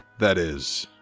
that is.